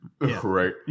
Right